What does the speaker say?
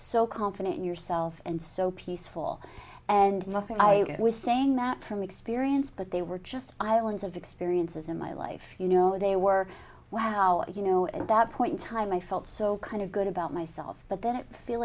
so confident in yourself and so peaceful and nothing i was saying that from experience but they were just islands of experiences in my life you know they were wow you know at that point in time i felt so kind of good about myself but then it feel